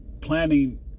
planning